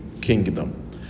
kingdom